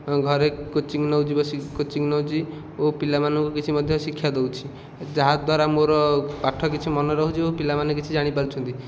ଘରେ କୋଚିଙ୍ଗ ନେଉଛି ବସିକି କୋଚିଙ୍ଗ ନେଉଛି ଓ ପିଲା ମାନଙ୍କୁ କିଛି ମଧ୍ୟ ଶିକ୍ଷା ଦେଉଛି ଯାହା ଦ୍ଵାରା ମୋର ପାଠ କିଛି ମନେ ରହୁଛି ଓ ପିଲା ମାନେ କିଛି ଜାଣି ପାରୁଛନ୍ତି